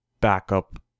backup